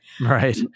Right